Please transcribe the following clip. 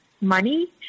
money